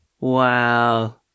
Wow